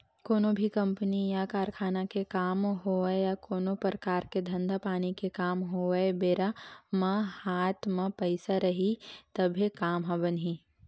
कोनो भी कंपनी या कारखाना के काम होवय या कोनो परकार के धंधा पानी के काम होवय बेरा म हात म पइसा रइही तभे काम ह बनही